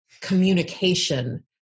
communication